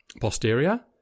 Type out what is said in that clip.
posterior